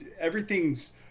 everything's